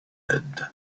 lead